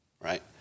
right